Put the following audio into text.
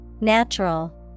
Natural